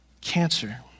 Cancer